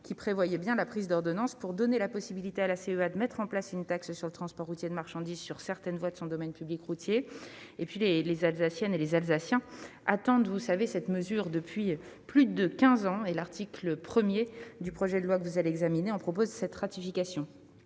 CEA prévoyait l'adoption d'ordonnances. Il s'agit, d'abord, de donner la possibilité à la CEA de mettre en place une taxe sur le transport routier de marchandises sur certaines voies de son domaine public routier. Les Alsaciennes et les Alsaciens attendent, vous le savez, cette mesure depuis plus de quinze ans. L'article 1 du projet de loi que vous allez examiner procède à la ratification